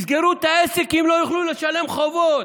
יסגרו את העסק אם לא יוכלו לשלם חובות,